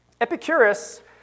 Epicurus